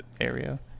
area